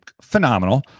phenomenal